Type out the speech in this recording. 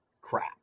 crap